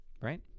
right